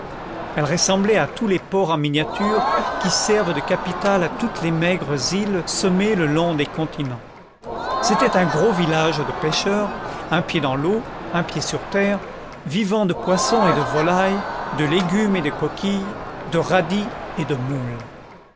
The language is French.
elle ressemblait à tous les ports en miniature qui servent de capitales à toutes les maigres îles semées le long des continents c'était un gros village de pêcheurs un pied dans l'eau un pied sur terre vivant de poisson et de volailles de légumes et de coquilles de radis et de moules